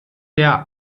der